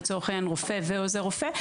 לצורך העניין רופא ועוזר רופא,